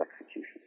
execution